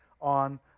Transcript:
on